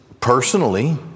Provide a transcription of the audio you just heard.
personally